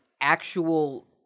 actual